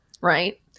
right